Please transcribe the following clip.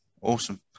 awesome